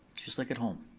just like at home.